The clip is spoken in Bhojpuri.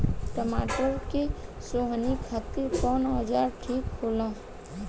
टमाटर के सोहनी खातिर कौन औजार ठीक होला?